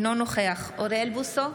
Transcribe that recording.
אינו נוכח אוריאל בוסו,